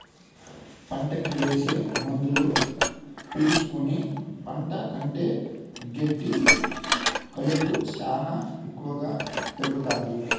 పంటకి ఏసే మందులు పీల్చుకుని పంట కంటే గెడ్డి కలుపు శ్యానా ఎక్కువగా పెరుగుతాది